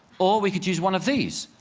or we could use one of these.